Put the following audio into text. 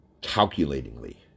calculatingly